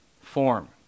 form